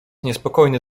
niespokojny